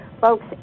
Folks